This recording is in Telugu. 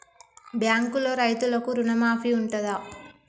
బ్యాంకులో రైతులకు రుణమాఫీ ఉంటదా?